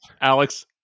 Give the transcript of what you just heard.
Alex